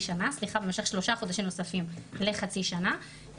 במשך שלושה חודשים נוספים לחצי שנה,